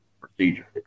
procedure